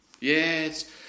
Yes